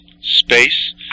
space